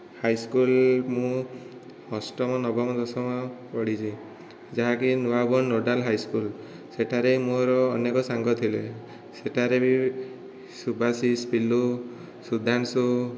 high school ମୁଁ ଅଷ୍ଟମ ନବମ ଦଶମ ପଢ଼ିଛି ଯାହାକି ନୂଆବନ୍ଧ ନୋଡ଼ାଲ ହାଇସ୍କୁଲ ସେଠାରେ ମୋର ଅନେକ ସାଙ୍ଗ ଥିଲେ ସେଠାରେ ବି ସୁଭାଶିଷ ପିଲୁ ସୁଧାଂଶୁ